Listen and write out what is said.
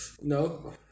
No